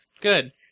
Good